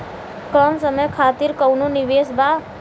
कम समय खातिर कौनो निवेश बा?